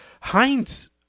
Heinz